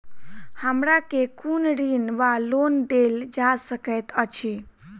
हमरा केँ कुन ऋण वा लोन देल जा सकैत अछि?